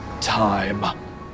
time